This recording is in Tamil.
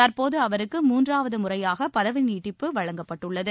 தற்போது அவருக்கு மூன்றாவது முறையாக பதவி நீட்டிப்பு வழங்கப்பட்டுள்ளது